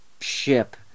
ship